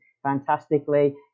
fantastically